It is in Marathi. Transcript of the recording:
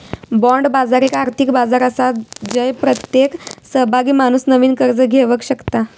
बाँड बाजार एक आर्थिक बाजार आसा जय प्रत्येक सहभागी माणूस नवीन कर्ज घेवक शकता